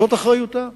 זאת אחריותה.